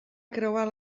creuar